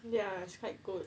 ya it's quite good